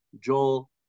Joel